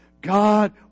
God